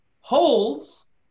holds